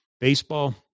Baseball